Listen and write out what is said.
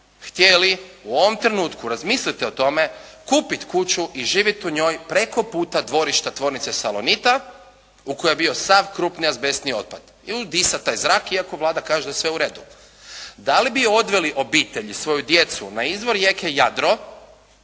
htjeli u ovom trenutku, razmislite o tome, kupiti kuću i živjeti u njoj preko puta dvorišta tvornice Salonita u kojoj je bio sav krupni azbestni otpad. I udisati taj zrak iako Vlada kaže da je sve u redu. Da li bi odveli obitelj i svoju djecu na izvor rijeke Jadro